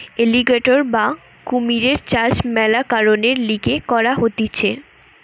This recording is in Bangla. এলিগ্যাটোর বা কুমিরের চাষ মেলা কারণের লিগে করা হতিছে